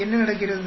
என்ன நடக்கிறது